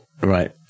Right